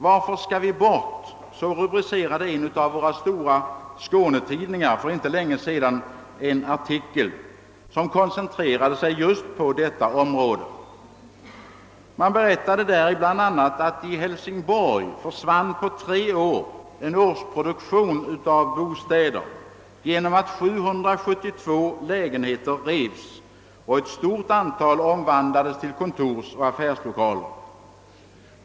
» Varför skall vi bort?» löd i en av våra stora skånetidningar för inte länge sedan rubriken till en artikel som koncentrerade sig just på detta område. Man berättade däri bl.a. att en årsproduktion av bostäder försvann på tre år i Hälsingborg genom att 772 lägenheter revs och ett stort antal omvandlades till kontorsoch affärslokaler.